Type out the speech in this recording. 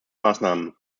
maßnahmen